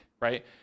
right